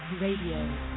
RADIO